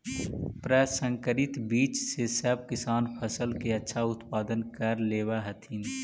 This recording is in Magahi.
प्रसंकरित बीज से सब किसान फसल के अच्छा उत्पादन कर लेवऽ हथिन